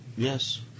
Yes